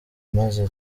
maze